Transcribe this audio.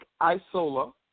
Isola